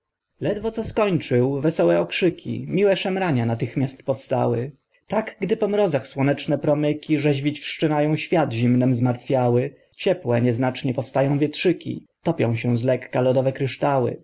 ledwo co skończył wesołe okrzyki miłe szemrania natychmiast powstały tak gdy po mrozach słoneczne promyki rzeźwić wszczynają świat zimnem zmartwiały ciepłe nieznacznie powstają wietrzyki topią się zlekka lodowe kryształy